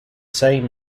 same